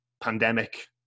pandemic